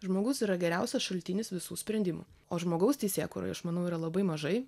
žmogus yra geriausias šaltinis visų sprendimų o žmogaus teisėkūroje aš manau yra labai mažai